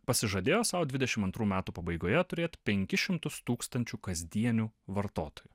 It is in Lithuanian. pasižadėjo sau dvidešim antrų metų pabaigoje turėt penkis šimtus tūkstančių kasdienių vartotojų